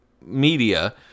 media